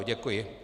Děkuji.